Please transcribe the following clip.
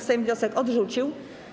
Sejm wniosek odrzucił.